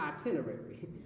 itinerary